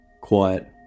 quiet